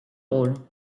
rôle